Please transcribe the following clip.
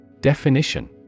Definition